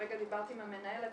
הרגע דיברתי עם המנהלת,